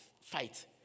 fight